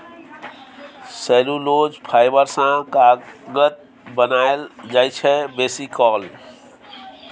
cellulose fibre सँ कागत बनाएल जाइ छै बेसीकाल